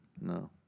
No